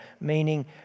meaning